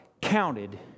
counted